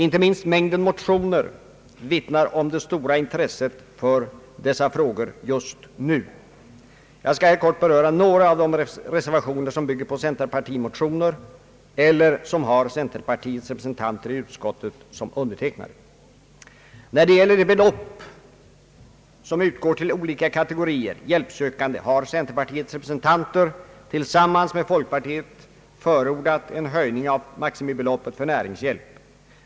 Inte minst mängden motioner vittnar om det stora intresset för dessa frågor just nu. Jag skall här kort beröra några av de reservationer som bygger på centerpartimotioner eller som har centerpartiets representanter i utskottet som undertecknare. När det gäller de belopp som utgår till olika kategorier hjälpsökande har centerpartiets representanter tillsammans med folkpartiets förordat en höjning av maximibeloppet för näringshjälp.